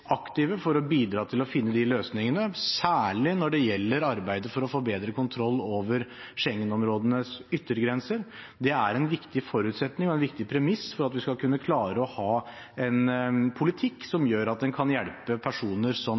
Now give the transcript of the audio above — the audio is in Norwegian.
for å bidra til å finne de løsningene, særlig når det gjelder arbeidet for å få bedre kontroll over Schengen-områdenes yttergrenser. Det er en viktig forutsetning og en viktig premiss for at vi skal kunne klare å ha en politikk som gjør at en kan hjelpe personer som